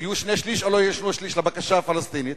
שיהיו שני-שלישים או לא יהיו שני-שלישים לבקשה הפלסטינית,